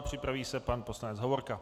Připraví se pan poslanec Hovorka.